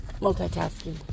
Multitasking